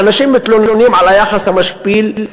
אנשים מתלוננים על היחס המשפיל,